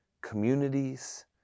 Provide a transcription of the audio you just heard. communities